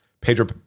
Pedro